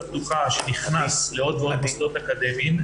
הפתוחה שנכנס לעוד ועוד מוסדות אקדמיים,